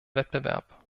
wettbewerb